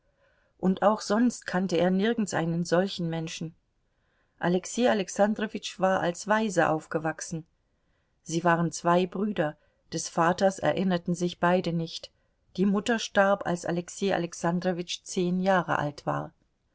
und auch sonst kannte er nirgends einen solchen menschen alexei alexandrowitsch war als waise aufgewachsen sie waren zwei brüder des vaters erinnerten sich beide nicht die mutter starb als alexei alexandrowitsch zehn jahre alt war